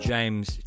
James